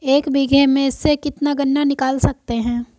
एक बीघे में से कितना गन्ना निकाल सकते हैं?